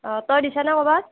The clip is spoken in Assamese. অ তই দিছ'নে ক'ৰবাত